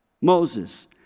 Moses